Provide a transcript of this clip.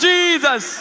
Jesus